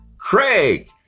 Craig